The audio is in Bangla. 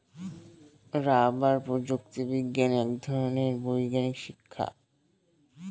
রাবার প্রযুক্তি বিজ্ঞান এক ধরনের বৈজ্ঞানিক শিক্ষা